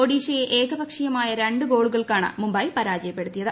ഒഡീഷയെ ഏകപക്ഷീയമായ രണ്ട് ഗോളുകൾക്കാണ് മുംബൈ പരാജയപ്പെടുത്തിയത്